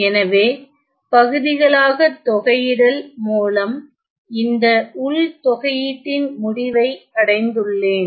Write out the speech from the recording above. எனவே பகுதிகளாகத்தொகையிடல் மூலம் இந்த உள் தொகையீட்டின் முடிவை அடைந்துள்ளேன்